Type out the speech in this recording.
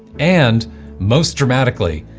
and most dramatically,